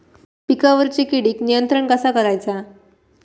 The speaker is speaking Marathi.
पिकावरची किडीक नियंत्रण कसा करायचा?